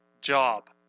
job